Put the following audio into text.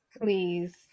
please